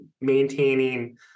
maintaining